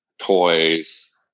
toys